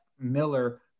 Miller